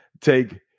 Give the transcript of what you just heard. take